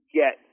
get